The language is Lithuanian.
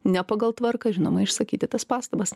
ne pagal tvarką žinoma išsakyti tas pastabas